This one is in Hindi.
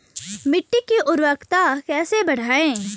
मिट्टी की उर्वरकता कैसे बढ़ायें?